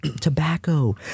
tobacco